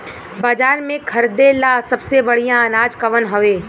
बाजार में खरदे ला सबसे बढ़ियां अनाज कवन हवे?